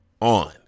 on